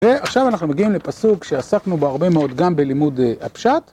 ועכשיו אנחנו מגיעים לפסוק שעסקנו בו הרבה מאוד גם בלימוד הפשט.